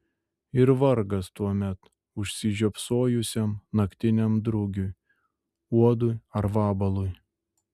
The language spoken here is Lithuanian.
ir vargas tuomet užsižiopsojusiam naktiniam drugiui uodui ar vabalui